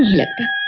necklace